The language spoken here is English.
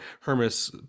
hermes